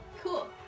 cool